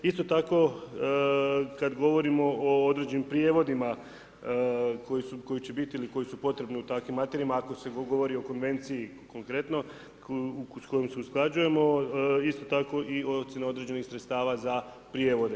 Isto tako kada govorimo o određenim prijevodima koji će biti ili koji su potrebni u takvim materijama, ako se govori o Konvenciji konkretno s kojom se usklađujemo, isto tako i ocjena određenih sredstava za prijevode.